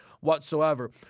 whatsoever